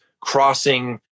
crossing